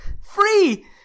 free